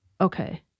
Okay